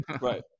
Right